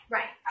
Right